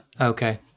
Okay